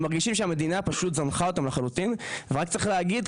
הם מרגישים פשוט שהמדינה זנחה אותם לחלוטין ורק צריך להגיד,